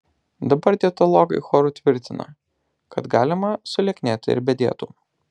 dabar dietologai choru tvirtina kad galima sulieknėti ir be dietų